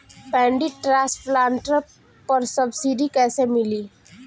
Paddy transplanter पर subsidy कैसे मिली?